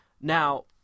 Now